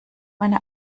meine